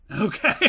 Okay